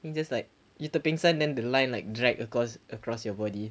then just like later pengsan then the line like drag across across your body